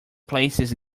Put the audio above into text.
places